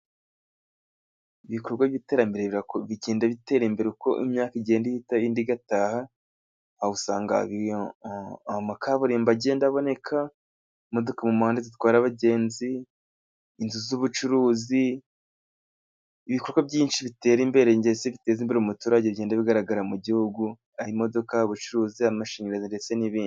Ibikorwa by'iterambere bigenda bitera imbere uko imyaka igenda ihita indi igataha awusanga amakaburimbo agenda aboneka, imodoka mu muhanda zitwara abagenzi, inzu z'ubucuruzi, ibikorwa byinshi bitera imbere ngese biteza imbere umuturage bigenda bigaragara mu gihugu aho imodoka, ubucuruzi, amashanyarazi ndetse n'ibindi.